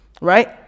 Right